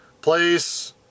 place